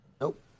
Nope